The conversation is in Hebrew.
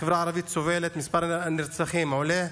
החברה הערבית סובלת, מספר הנרצחים עולה,